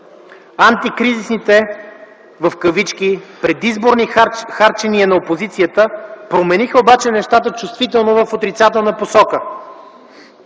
„Антикризисните” предизборни харчения на опозицията промениха обаче нещата чувствително в отрицателна посока.